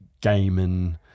gaming